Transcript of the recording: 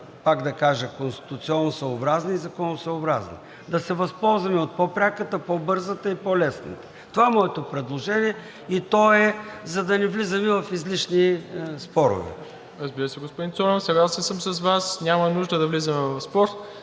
пак да кажа, конституционосъобразни и законосъобразни. Да се възползваме от по-пряката, по-бързата и по-лесната. Това е моето предложение и то е, за да не влизаме в излишни спорове. ПРЕДСЕДАТЕЛ МИРОСЛАВ ИВАНОВ: Разбира се, господин Цонев, съгласен съм с Вас. Няма нужда да влизаме в спор,